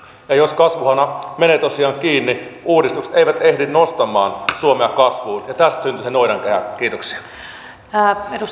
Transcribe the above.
jos kasvuhana menee tosiaan kiinni uudistukset eivät ehdi nostamaan suomea kasvuun ja tästä syntyy se noidankehä